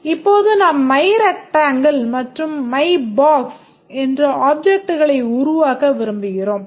இப்போது நாம் myRectangle மற்றும் myBox என்ற ஆப்ஜெக்ட்களை உருவாக்க விரும்புகிறோம்